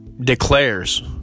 declares